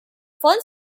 fun